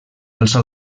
alça